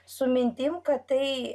su mintim kad tai